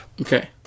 Okay